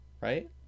right